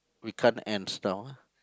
we can't